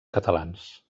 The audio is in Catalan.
catalans